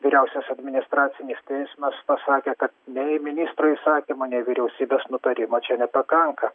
vyriausias administracinis teismas pasakė kad nei ministro įsakymo nei vyriausybės nutarimo čia nepakanka